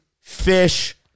fish